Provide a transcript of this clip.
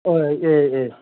ꯑꯥ ꯑꯦ ꯑꯦ